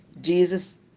jesus